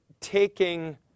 taking